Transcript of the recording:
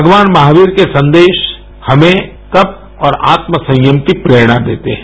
भगवान महावीर के सन्देश हमें तप और आत्म संयम की प्रेणा देते हैं